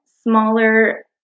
smaller